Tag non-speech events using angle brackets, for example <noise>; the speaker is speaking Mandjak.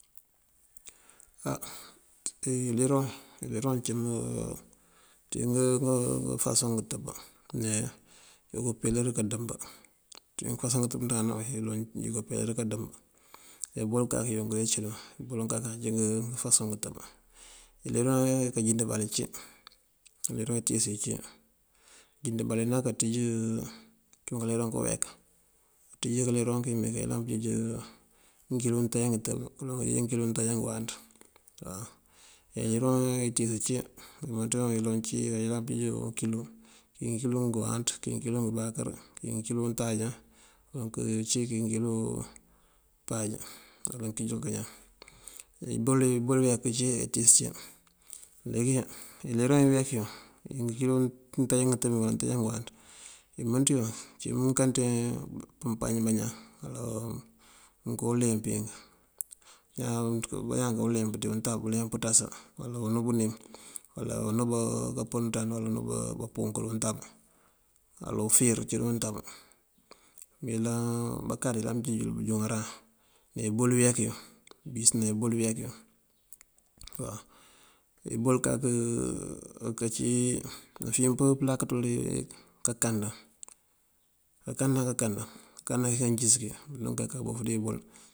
Á iliroŋ, iliroŋ ací <hesitation> ngëfasoŋ ngëtëb yoko pelar kandëmb.ţí ngëfasoŋ ngëtëb ngëmënţandana ngun yoko pelar kandëmb. Ibol kak iyunk dí icí dun ngëbol incí ifasoŋ itëb. Iliroŋ kandibali cí eliroŋ itíis cí. Indibali cíwun kaliroŋ kayeek, cíwun kaliroŋ kímeekí ayëlan kanjeej ngëkilo ngëntáaja ngëtëb, kaloŋ kanjeej ngëkilo ngëntáaja ngëwanţ waw. Iliroŋ itíis ací imënţ yun ayëlan pënjeej unkilo, kí ngëkilo ngëwáanţ, kí ngëkilo ngëbakër, kí ngëkilo untáaja, kí ngëkilo páaj, ngëkilo kañan. Ibol iyeek ací ebol itíis cí. Leegi iliroŋ iyeekun iyí ngënkilo ngëntáaja ngëtëb iyun uwala ngëntáaja ngëwanţ imënţ yun uncí mënkante kapañ bañaan, uwala mënko uleempink bañaan kowun uleemp bëliyëng uwala ţí untab penţasa, uwala unú bënim, uwala unú kapën unţand, uwala unú bampunk ţí untab, uwala ufíir ací dí untab bakáaţ ayëlan pënjeej iyël bunjúŋaran. Me ibol iyeekun bëwisëna ibol iyeekun. <hesitation> mafin pëlak ţël kankanda, kankanda kankësëki akaka bok dí ibol.